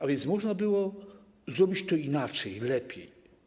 A więc można było zrobić to inaczej, lepiej.